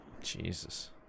Jesus